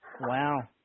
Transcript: Wow